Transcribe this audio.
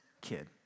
kid